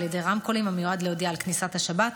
ידי רמקולים המיועד להודיע על כניסת השבת.